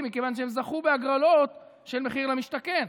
מכיוון שהם זכו בהגרלות של מחיר למשתכן.